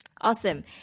awesome